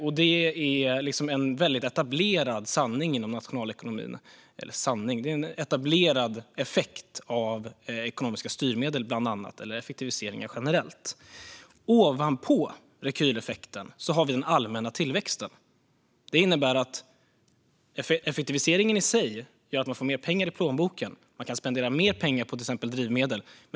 Det är en väldigt etablerad sanning inom nationalekonomin, eller rättare sagt en etablerad effekt av bland annat ekonomiska styrmedel eller effektiviseringar generellt. Ovanpå rekyleffekten har vi den allmänna tillväxten. Effektiviseringen i sig gör att man får mer pengar i plånboken och kan spendera mer pengar på till exempel drivmedel.